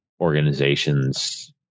organizations